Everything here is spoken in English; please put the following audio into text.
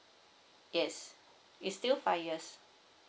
yes it's still five years